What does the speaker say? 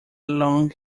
long